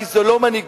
כי זה לא מנהיגות.